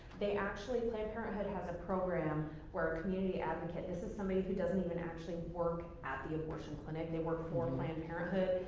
they actually planned parenthood has a program where community advocates this is somebody who doesn't even actually work at the abortion clinic, they work for planned parenthood,